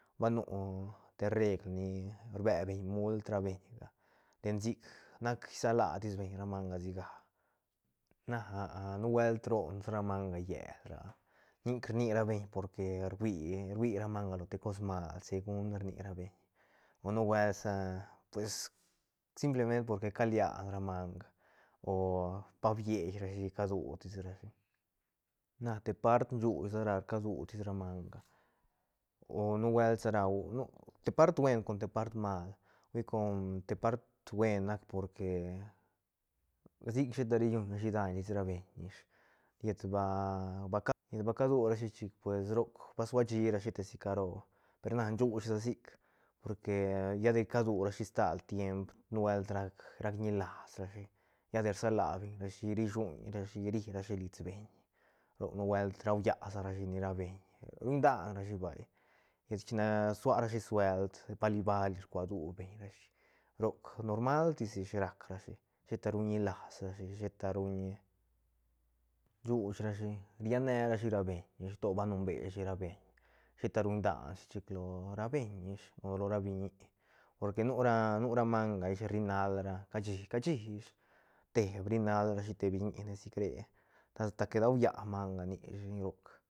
Ba nu te regl ni rbe beñ mult ra beñga ten sic nac sialatis beñ ra manga siga na nubuelt ronsa ra manga llél ra nic rni rabeñ porque rui- rui ra manga lo te cos mal segun rni ra beñ o nu buelt sa pues simplement por que calia ra manga o ba bierashi cadu tis rashi na te part shuuch sa ra cadutis ra manga o nubuelt sa ra te part buen con te part mal hui com te part buen nac porque sic sheta ri guñrashi daiñ lis ra beñ ish llet ba ba cadurashi chic pues roc ba suashirashi te si caro per na shuuch sa sic porque lla de cadurashi stal tiemp nubuelt rac ñilas rashi lla de rsa la beñ rashi rishuuñ rashi ri ra shi lits beñ roc nubuelt raulla rashi ni ra beñ ruñdanrashi vay llet china sua rashi suelt bali bali rcuadu beñshi roc normal tis ish rac ra shi sheta ruñ ñilas rashi sheta ruñ shuuch rashi riane rashi ra beñ ish to ba nun berashi ra beñ sheta ruñ dan rashi chic lo ra beñ ish o lo ra biñi porque nura- nura manga ish rinal ra cashi- cashi ish te brinal rashi te biñi nesicre ta sa que daulla manga nishi r.